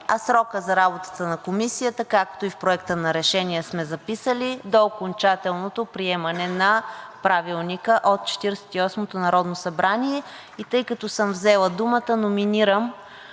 а срокът за работата на Комисията, както и в Проекта на решение сме записали – до окончателното приемане на Правилника от Четиридесет и осмото народно събрание. И тъй като съм взела думата, номинирам